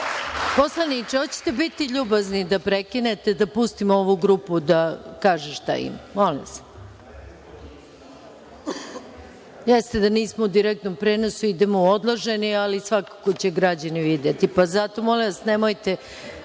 Poslaniče, hoćete li biti ljubazni da prekinete, da pustimo ovu grupu da kaže šta ima? Molim vas. Jeste da nismo u direktnom prenosu, idemo u odloženi, ali svakako će građani videti. Pustite neka se smeju,